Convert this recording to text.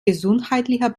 gesundheitlicher